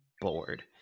bored